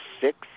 six